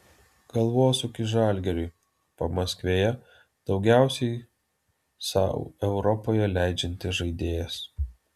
galvosūkis žalgiriui pamaskvėje daugiausiai sau europoje leidžiantis žaidėjas